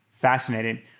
Fascinating